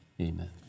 Amen